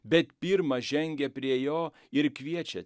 bet pirma žengia prie jo ir kviečia